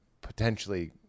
potentially